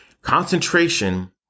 Concentration